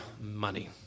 money